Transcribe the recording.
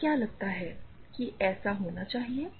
आपको क्या लगता है कि ऐसा होना चाहिए